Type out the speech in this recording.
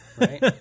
Right